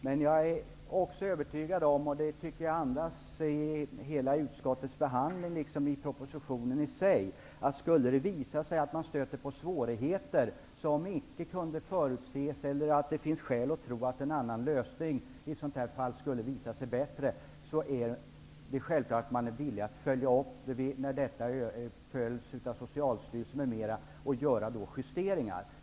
Men om det skulle visa sig att man stöter på svårigheter som icke kunde förutses eller om det finns skäl att tro att en annan lösning skulle vara bättre är det självklart -- det andas hela utskottets behandling av ärendet, liksom propositionen -- att man är villig att göra justeringar när utvecklingen följs av Socialstyrelsen m.fl.